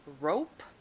Rope